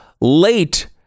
late